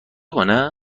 کنه